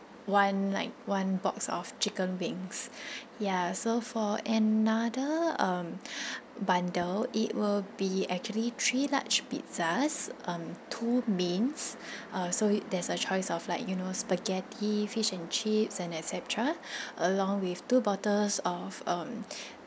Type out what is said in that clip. one like one box of chicken wings ya so for another um bundle it will be actually three large pizzas um two mains uh so there's a choice of like you know spaghetti fish and chips and et cetera along with two bottles of um